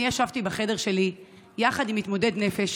אני ישבתי בחדר שלי יחד עם מתמודד נפש,